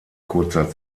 kurzer